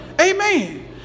amen